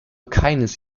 keines